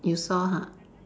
you saw ha